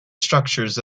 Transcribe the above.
structures